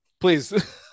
please